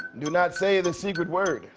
do not say the secret word.